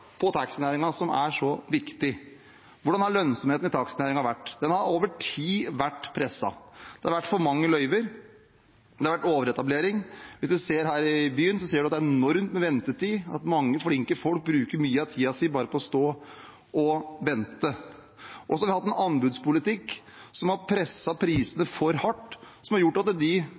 viktig: Hvordan har lønnsomheten i næringen vært? Den har over tid vært presset. Det har vært for mange løyver, det har vært en overetablering. Her i byen er det en enorm ventetid. Mange flinke folk bruker mye av tiden sin på bare å stå og vente. Vi har også hatt en anbudspolitikk som har presset prisene for hardt, og som har gjort at de